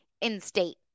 in-state